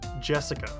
Jessica